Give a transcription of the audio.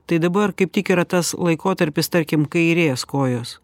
tai dabar kaip tik yra tas laikotarpis tarkim kairės kojos